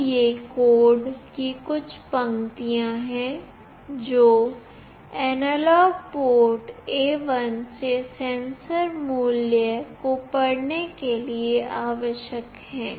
तो ये कोड की कुछ पंक्तियाँ हैं जो एनालॉग पोर्ट A1 से सेंसर मूल्य को पढ़ने के लिए आवश्यक हैं